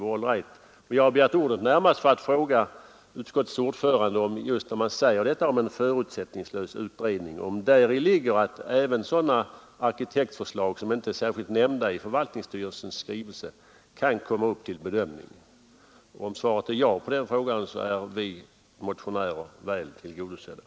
Jag har emellertid begärt ordet närmast för att fråga utskottets ordförande om i uttrycket förutsättningslös utredning ligger att även sådana arkitektförslag som inte är nämnda i förvaltningsstyrelsens skrivelse kan komma upp till bedömning. Om svaret är ja på den frågan, är vi motionärer väl tillgodosedda.